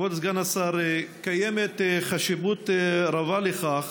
כבוד סגן השר, קיימת חשיבות רבה לכך